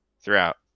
throughout